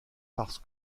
parce